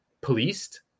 policed